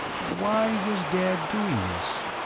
why was dad doing this?